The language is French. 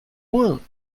moins